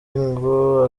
ngo